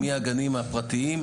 מהגנים הפרטיים,